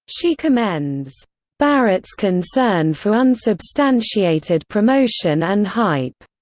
she commends barrett's concern for unsubstantiated promotion and hype,